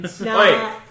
Wait